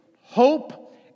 hope